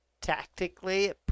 tactically